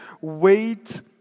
Wait